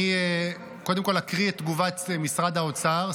אני קודם כול אקריא את תגובת משרד האוצר,